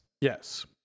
Yes